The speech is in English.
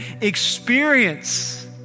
experience